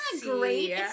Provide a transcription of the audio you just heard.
great